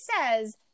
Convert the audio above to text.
says